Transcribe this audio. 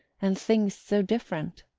and things so different.